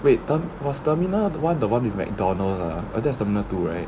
wait term~ was terminal one the one with mcdonald's ah orh that's terminal two right